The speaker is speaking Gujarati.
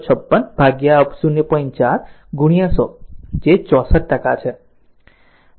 4 100 જે 64 ટકા છે